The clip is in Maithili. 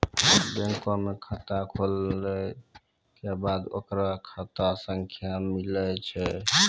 बैंको मे खाता खुलै के बाद ओकरो खाता संख्या मिलै छै